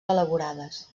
elaborades